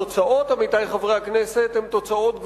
התוצאות, עמיתי חבר הכנסת, הן תוצאות גרועות.